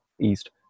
east